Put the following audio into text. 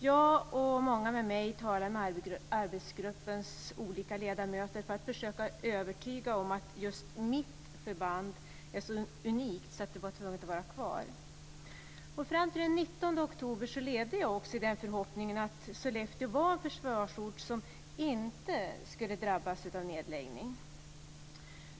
Jag och många med mig talade med arbetsgruppens olika ledamöter för att försöka övertyga om att just "mitt" förband var så unikt att det måste få vara kvar. Fram till den 19 oktober levde jag också i den förhoppningen att Sollefteå var en försvarsort som inte skulle drabbas av nedläggning.